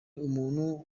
umuntu